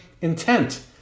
intent